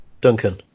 Duncan